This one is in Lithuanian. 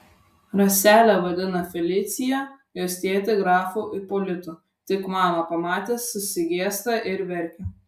raselę vadina felicija jos tėtį grafu ipolitu tik mamą pamatęs susigėsta ir verkia